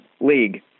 league